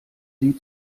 sie